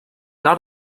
not